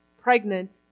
pregnant